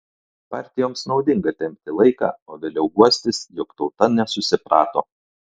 partijoms naudinga tempti laiką o vėliau guostis jog tauta nesusiprato